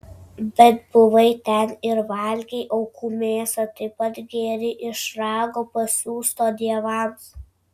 bet buvai ten ir valgei aukų mėsą taip pat gėrei iš rago pasiųsto dievams